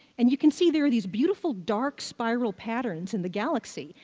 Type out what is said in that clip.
and you can see there these beautiful, dark, spiral patterns in the galaxy,